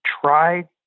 try